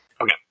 Okay